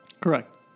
Correct